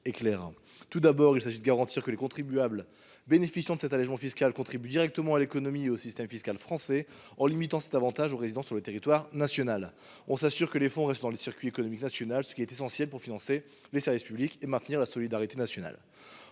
Tout d’abord, il s’agit de garantir que les contribuables bénéficiant de cet allégement fiscal contribuent directement à l’économie et au système fiscal français. Ainsi, nous nous assurons que les fonds restent dans le circuit économique national, ce qui est essentiel pour financer les services publics et maintenir la solidarité nationale.